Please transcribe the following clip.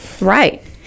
Right